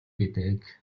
гэдэг